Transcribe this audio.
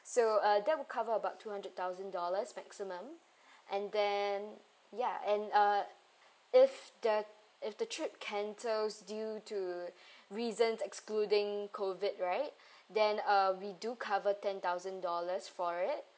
so uh that would cover about two hundred thousand dollars maximum and then ya and uh if there're if the trip cancels due to reason excluding COVID right then uh we do cover ten thousand dollars for it